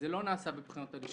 זה לא נעשה בבחינות הלשכה.